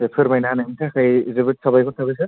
दे फोरमायनानै होनायनि थाखाय जोबोद साबायखर थाबाय सार